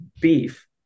beef